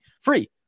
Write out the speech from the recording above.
free